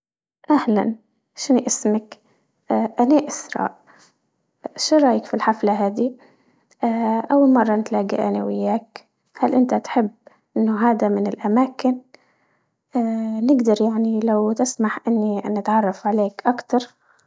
اهلا شنو اسمك? آآ أنا إسراء، شو رأيك في الحفلة هذه? آآ أول مرة نتلاقى أنا وياك، هل أنت تحب إنه هذا من الأماكن آآ نقدر يعني لو تسمح إني نتعرف عليك أكتر؟